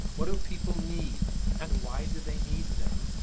what do people need and why do they need them.